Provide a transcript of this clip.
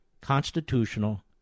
constitutional